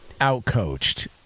outcoached